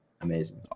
amazing